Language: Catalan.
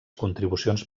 contribucions